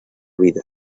vida